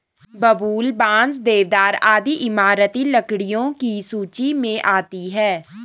बबूल, बांस, देवदार आदि इमारती लकड़ियों की सूची मे आती है